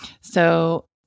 So-